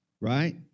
right